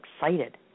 excited